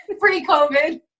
pre-COVID